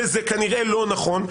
וזה כנראה לא נכון.